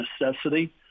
necessity